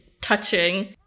touching